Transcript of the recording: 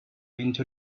into